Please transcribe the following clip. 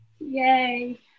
Yay